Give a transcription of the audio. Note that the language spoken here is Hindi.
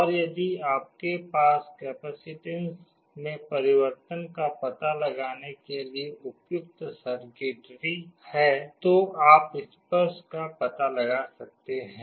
और यदि आपके पास कैपेसिटेन्स में परिवर्तन का पता लगाने के लिए उपयुक्त सर्किटरी है तो आप स्पर्श का पता लगा सकते हैं